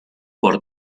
por